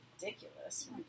ridiculous